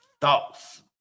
Thoughts